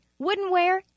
woodenware